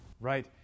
Right